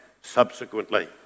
subsequently